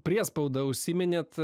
priespaudą užsiminėt